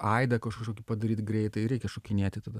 aidą kaž kažkokį padaryt greitai reikia šokinėti tada